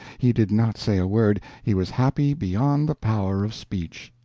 he did not say a word he was happy beyond the power of speech.